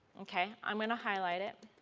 okay, i am going to highlight it.